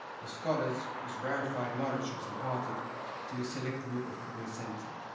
the scholars whose rarefied knowledge was imparted to a select group of cognoscenti.